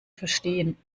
verstehen